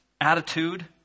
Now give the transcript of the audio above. attitude